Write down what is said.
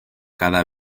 cada